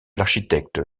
l’architecte